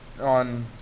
on